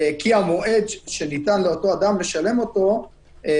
כי המועד שניתן לאותו אדם לשלם עבר,